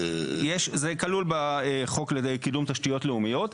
זה כלול בחוק לקידום תשתיות לאומיות.